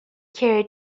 carried